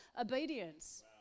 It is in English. obedience